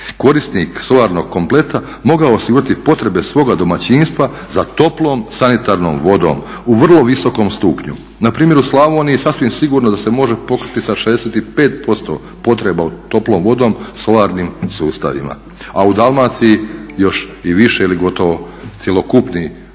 korisnik solarnog kompleta mogao osigurati potrebe svoga domaćinstva za toplom sanitarnom vodom u vrlo visokom stupnju. Npr. u Slavoniji sasvim sigurno da se može pokriti sa 65% potreba za toplom vodom solarnim sustavima, a u Dalmaciji još i više ili gotovo cjelokupni, u